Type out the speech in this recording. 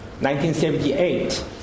1978